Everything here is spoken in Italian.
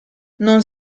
non